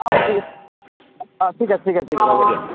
অ ঠিক আছে অ ঠিক আছে ঠিক আছে ঠিক আছে হ'ব দিয়া